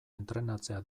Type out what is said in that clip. entrenatzea